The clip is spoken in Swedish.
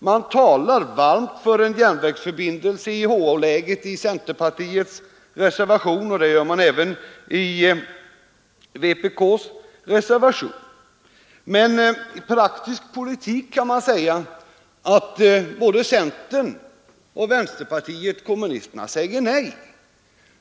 Man talar varmt för en järnvägsförbindelse i HH-läget i centerpartiets reservation, och det gör man även i vpk:s reservation. Men i praktisk politik kan man säga att både centern och vänsterpartiet kommunisterna säger nej.